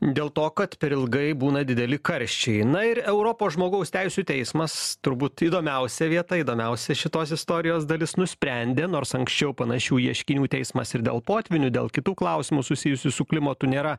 dėl to kad per ilgai būna dideli karščiai na ir europos žmogaus teisių teismas turbūt įdomiausia vieta įdomiausia šitos istorijos dalis nusprendė nors anksčiau panašių ieškinių teismas ir dėl potvynių dėl kitų klausimų susijusių su klimatu nėra